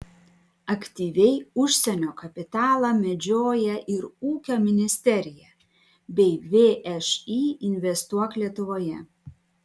aktyviai užsienio kapitalą medžioja ir ūkio ministerija bei všį investuok lietuvoje